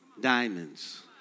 Diamonds